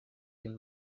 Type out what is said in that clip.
این